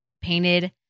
painted